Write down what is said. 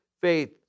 faith